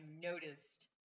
noticed